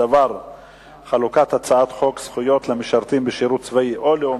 בדבר חלוקת הצעת חוק זכויות למשרתים בשירות צבאי או לאומי,